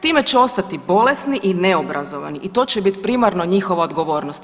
Time će ostati bolesni i neobrazovani i to je će biti primarno njihova odgovornost.